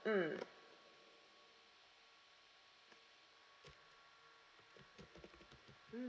mm mm